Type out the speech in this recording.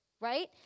right